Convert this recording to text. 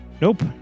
Nope